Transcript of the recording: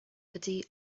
ydy